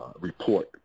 report